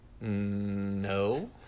No